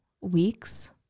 Weeks